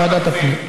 ועדת הפנים.